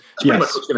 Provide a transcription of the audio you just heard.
Yes